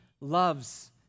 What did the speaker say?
loves